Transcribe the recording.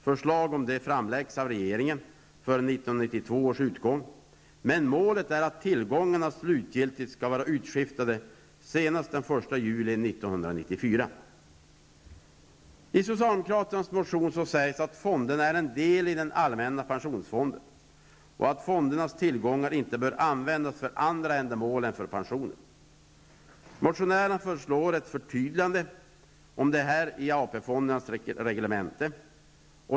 Förslag om det framläggs av regeringen före 1992 års utgång, men målet är att tillgångarna slutgiltigt skall vara utskiftade senast den 1 juli I socialdemokraternas motion sägs att fonderna är en del i allmänna pensionsfonden och att fondernas tillgångar inte bör användas för andra ändamål än för pensioner. Motionärerna föreslår ett förtydligande om detta i AP-fondens reglemente.